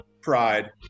pride